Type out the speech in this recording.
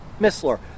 Missler